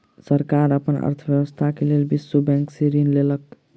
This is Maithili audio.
सरकार अपन अर्थव्यवस्था के लेल विश्व बैंक से ऋण लेलक